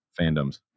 fandoms